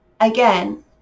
again